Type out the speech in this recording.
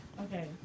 Okay